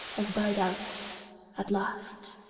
has died out at last.